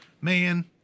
man